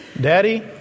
Daddy